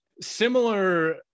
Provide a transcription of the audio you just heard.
similar